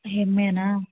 M ಎನಾ